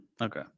okay